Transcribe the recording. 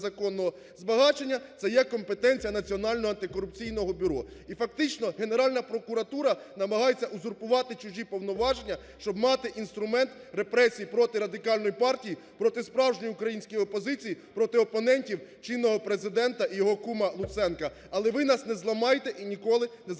збагачення – це є компетенція Національного антикорупційного бюро. І, фактично, Генеральна прокуратура намагається узурпувати чужі повноваження, щоб мати інструмент репресій проти Радикальної партії, проти справжньої української опозиції, проти опонентів чинного Президента і його кума Луценка. Але ви нас не зламаєте і ніколи на залякаєте.